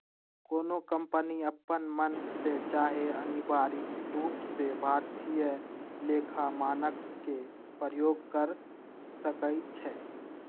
कोनो कंपनी अप्पन मन से चाहे अनिवार्य रूप से भारतीय लेखा मानक के प्रयोग कर सकइ छै